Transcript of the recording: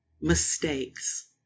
mistakes